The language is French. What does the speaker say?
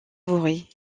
vaury